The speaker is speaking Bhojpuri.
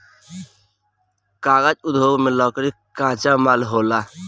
कागज़ उद्योग में लकड़ी कच्चा माल होला